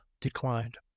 declined